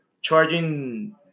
charging